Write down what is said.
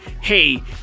hey